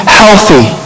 healthy